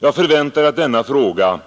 Jag förväntar att denna fråga